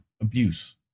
abuse